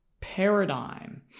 paradigm